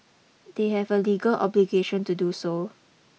they have a legal obligation to do so